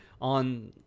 on